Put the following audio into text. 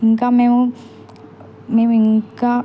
ఇంకా మేము మేము ఇంకా